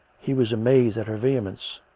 he was amazed at her vehemence.